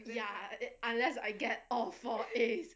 unless I get all four As